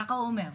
ככה הוא אמר.